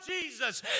Jesus